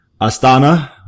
Astana